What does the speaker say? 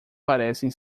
parecem